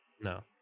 No